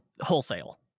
wholesale